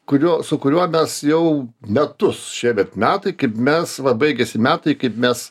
kurio su kuriuo mes jau metus šiemet metai kaip mes va baigėsi metai kaip mes